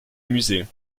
musée